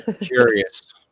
Curious